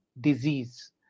disease